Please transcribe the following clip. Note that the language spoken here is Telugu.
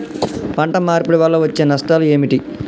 పంట మార్పిడి వల్ల వచ్చే నష్టాలు ఏమిటి?